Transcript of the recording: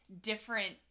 different